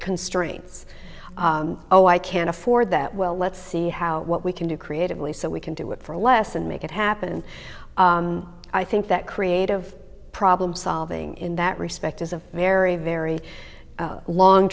constraints oh i can't afford that well let's see how what we can do creatively so we can do it for less and make it happen and i think that creative problem solving in that respect is a very very long